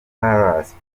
palace